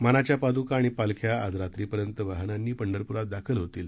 मानाच्या पाद्का आणि पालख्या आज रात्रीपर्यंत वाहनांनी पंढरप्रात दाखल होतील